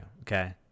Okay